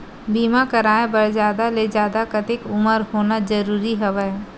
बीमा कराय बर जादा ले जादा कतेक उमर होना जरूरी हवय?